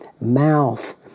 mouth